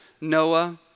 Noah